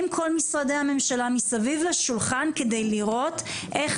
עם כל משרדי הממשלה מסביב לשולחן כדי לראות איך